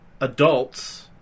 adults